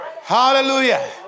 Hallelujah